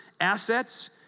assets